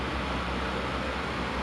like err err